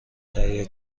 تهیه